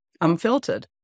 unfiltered